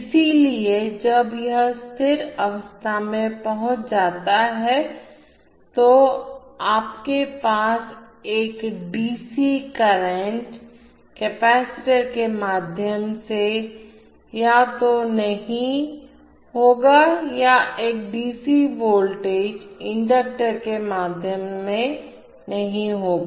इसलिए जब यह स्थिर अवस्था में पहुंच जाता है तो आपके पास एक डीसी करंट कपैसिटर के माध्यम से या तो नहीं होगा या एक डीसी वोल्टेज इंडक्टर में नहीं होगा